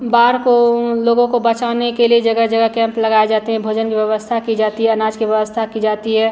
बाढ़ को लोगों को बचाने के लिए जगह जगह कैम्प लगाए जाते हैं भोजन की व्यवस्था की जाती है अनाज की व्यवस्था की जाती है